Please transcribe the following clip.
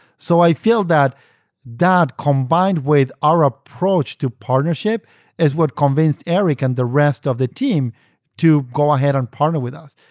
so i feel that that combined with our approach to partnership is what convinced eric and the rest of the team to go ahead and partner with us.